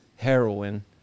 heroin